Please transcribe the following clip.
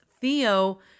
Theo